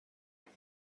چقدر